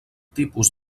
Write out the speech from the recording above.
tipus